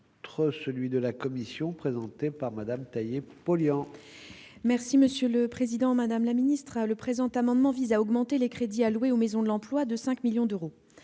...